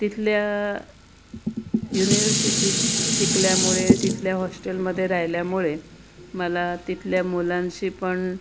तिथल्या युनिवर्सिटीत शिकल्यामुळे तिथल्या हॉस्टेलमध्ये राहिल्यामुळे मला तिथल्या मुलांशी पण